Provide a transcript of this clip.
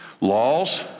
Laws